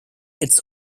its